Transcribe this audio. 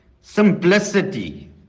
simplicity